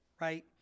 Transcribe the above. right